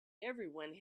everyone